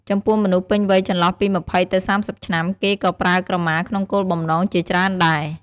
ចំពោះមនុស្សពេញវ័យចន្លោះពី២០ទៅ៣០ឆ្នាំ គេក៏ប្រើក្រមាក្នុងគោលបំណងជាច្រើនដែរ។